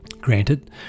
Granted